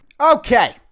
Okay